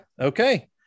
okay